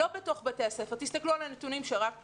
לא בתוך בתי הספר, תסתכלו על הנתונים שרק פורסמו,